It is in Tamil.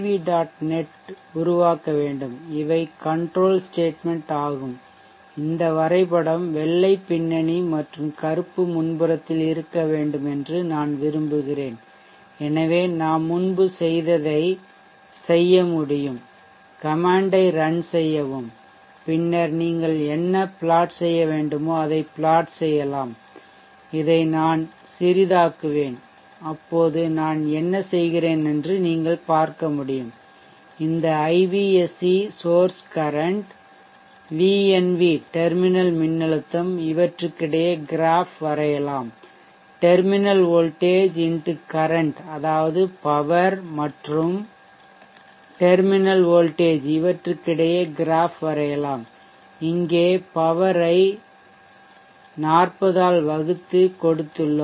Net உருவாக்க வேண்டும் இவை கண்ட்ரோல் ஸ்டேட்மென்ட் ஆகும் இந்த வரைபடம் வெள்ளை பின்னணி மற்றும் கருப்பு முன்புறத்தில் இருக்க வேண்டும் என்று நான் விரும்புகிறேன் எனவே நாம் முன்பு செய்ததை செய்ய முடியும் கமாண்டை ரன் செய்யவும் பின்னர் நீங்கள் என்ன plot செய்ய வேண்டுமோ அதை plot செய்யலாம் இதை நான் சிறிதாக்குவேன் அப்போது நான் என்ன செய்கிறேன் என்று நீங்கள் பார்க்க முடியும் இந்த Ivsc source current VnV terminal மின்னழுத்தம் இவற்றுக்கிடையே கிராஃப் வரையலாம் டெர்மினல் வோல்ட்டேஜ் X கரன்ட் அதாவது பவர் மற்றும் டெர்மினல் வோல்ட்டேஜ் இவற்றுக்கிடையே கிராஃப் வரையலாம் இங்கே பவர் ஐ 40 ஆல் வகுத்து கொடுத்துள்ளோம்